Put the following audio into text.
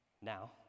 Now